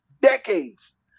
decades